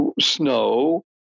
snow